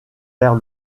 vers